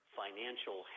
financial